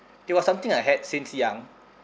it was something I had since young